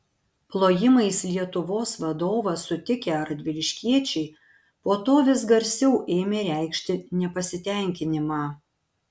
plojimais lietuvos vadovą sutikę radviliškiečiai po to vis garsiau ėmė reikšti nepasitenkinimą